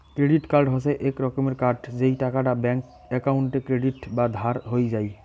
credit card হসে এক রকমের কার্ড যেই টাকাটা ব্যাঙ্ক একাউন্টে ক্রেডিট বা ধার হই যাই